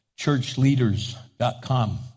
churchleaders.com